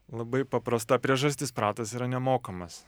labai paprasta priežastis pratas yra nemokamas